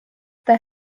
their